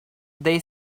they